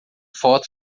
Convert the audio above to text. foto